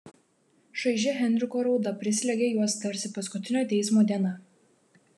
šaiži henriko rauda prislėgė juos tarsi paskutinio teismo diena